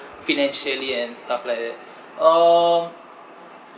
financially and stuff like that um